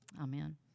Amen